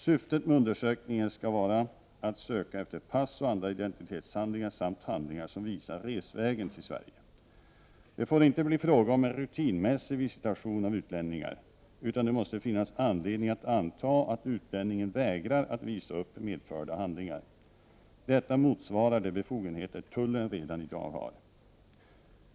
Syftet med undersökningen skall vara att söka efter pass och andra identitetshandlingar samt handlingar som visar resvägen till Sverige. Det får inte bli fråga om en rutinmässig visitation av utlänningar, utan det måste finnas anledning att anta att utlänningen vägrar att visa upp medförda handlingar. Detta motsvarar de befogenheter tullen redan i dag har.